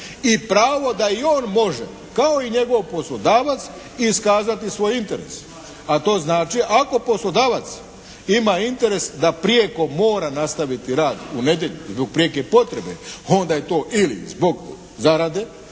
i pravo da i on može kao i njegov poslodavac iskazati svoj interes, a to znači ako poslodavac ima interes da prijeko mora nastaviti rad u nedjelju zbog prijeke potrebe onda je to ili zbog zarade